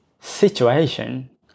situation